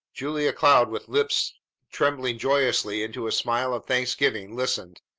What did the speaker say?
julia cloud with lips trembling joyously into a smile of thanksgiving listened,